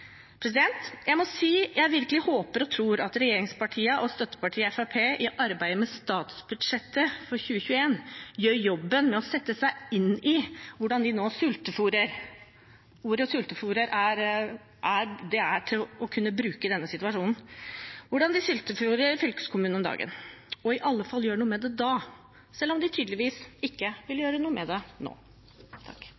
Jeg må si jeg virkelig håper og tror at regjeringspartiene og støttepartiet Fremskrittspartiet i arbeidet med statsbudsjettet for 2021 gjør jobben med å sette seg inn i hvordan vi nå sultefôrer – ordet sultefôrer må kunne brukes i denne situasjonen – fylkeskommunene om dagen, og i alle fall gjør noe med det da, selv om de tydeligvis ikke vil